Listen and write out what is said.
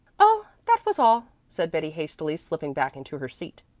oh, that was all, said betty hastily slipping back into her seat.